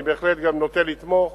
אני בהחלט גם נוטה לתמוך